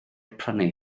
prynu